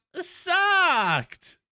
Sucked